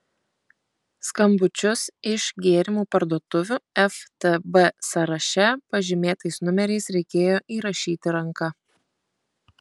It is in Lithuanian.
skambučius iš gėrimų parduotuvių ftb sąraše pažymėtais numeriais reikėjo įrašyti ranka